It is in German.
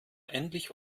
endlich